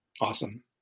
Awesome